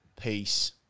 Peace